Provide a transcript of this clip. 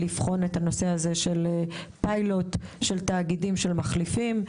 לבחון את הנושא של פיילוט של תאגידים של מחליפים.